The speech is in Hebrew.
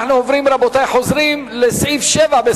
אדוני היושב-ראש,